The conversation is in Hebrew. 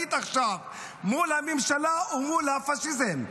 העיקרית עכשיו, מול הממשלה ומול הפשיזם.